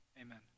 Amen